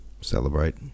celebrate